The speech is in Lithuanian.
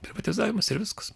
privatizavimas ir viskas